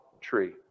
tree